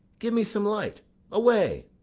give me some light away!